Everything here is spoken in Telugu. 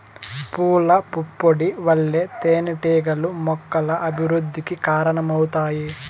పూల పుప్పొడి వల్ల తేనెటీగలు మొక్కల అభివృద్ధికి కారణమవుతాయి